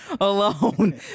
alone